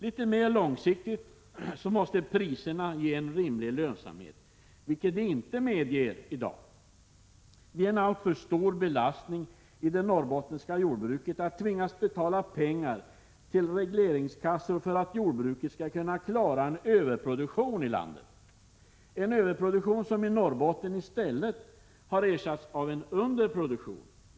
Litet mer långsiktigt måste priserna ge en rimlig lönsamhet, vilket de inte medger i dag. Det är en alltför stor belastning för det norrbottniska jordbruket att tvingas betala pengar till regleringskassor för att jordbruket skall kunna klara en överproduktion i landet — en överproduktion som i Norrbotten i stället har ersatts av en underproduktion.